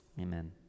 Amen